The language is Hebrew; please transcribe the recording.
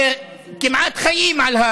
שכמעט חיים על,